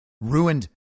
ruined